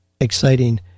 exciting